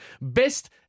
Best